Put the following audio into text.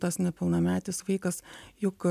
tas nepilnametis vaikas juk